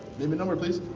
name and number please.